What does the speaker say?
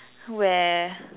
where